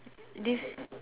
this